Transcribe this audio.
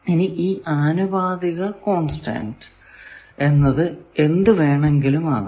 ഇനി ഈ ആനുപാതിക കോൺസ്റ്റന്റ് എന്നത് എന്ത് വേണമെങ്കിലും ആകാം